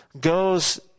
goes